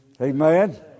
Amen